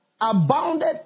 abounded